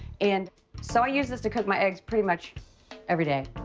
and so i use this to cook my eggs pretty much every day.